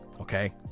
Okay